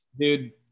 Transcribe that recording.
dude